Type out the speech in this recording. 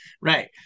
Right